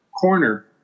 corner